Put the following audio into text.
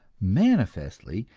manifestly,